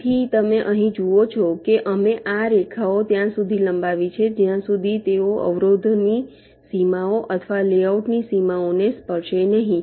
તેથી તમે અહીં જુઓ છો કે અમે આ રેખાઓ ત્યાં સુધી લંબાવી છે જ્યાં સુધી તેઓ અવરોધોની સીમાઓ અથવા લેઆઉટની સીમાઓને સ્પર્શે નહીં